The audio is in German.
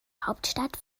hauptstadt